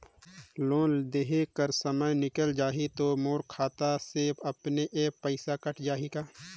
Loan देहे कर समय निकल जाही तो मोर खाता से अपने एप्प पइसा कट जाही का?